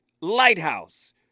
lighthouse